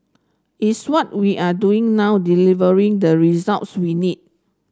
is what we are doing now delivering the results we need